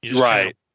right